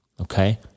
Okay